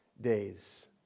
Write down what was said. days